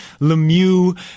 Lemieux